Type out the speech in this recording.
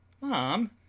Mom